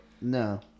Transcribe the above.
No